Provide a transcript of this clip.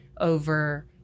over